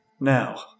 Now